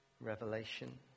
Revelation